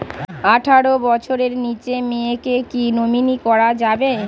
আঠারো বছরের নিচে মেয়েকে কী নমিনি করা যাবে?